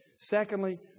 Secondly